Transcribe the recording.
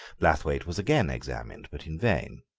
blathwayt was again examined, but in vain.